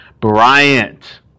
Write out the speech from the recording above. Bryant